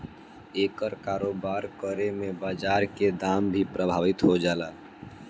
एकर कारोबार करे में बाजार के दाम भी प्रभावित हो जाला